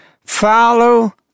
follow